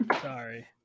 Sorry